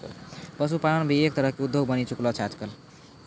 पशुपालन भी एक तरह के उद्योग बनी चुकलो छै आजकल